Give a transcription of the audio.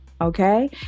Okay